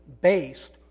based